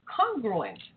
congruent